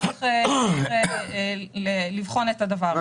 וצריך לבחון את הדבר הזה.